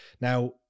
now